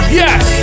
yes